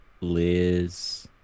Liz